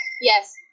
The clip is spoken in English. Yes